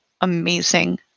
amazing